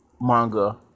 manga